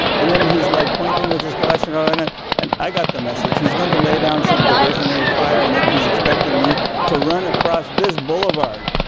and then he's like pointing with his kalashnikov and and and i got the message. he's going to lay down some diversionary fire and he's expecting me to run across this boulevard.